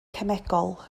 cemegol